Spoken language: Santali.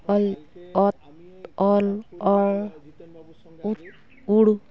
ᱚ ᱛ ᱝ ᱞ ᱪ ᱬ